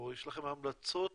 או יש לכם המלצות